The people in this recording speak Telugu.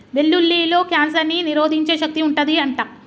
వెల్లుల్లిలో కాన్సర్ ని నిరోధించే శక్తి వుంటది అంట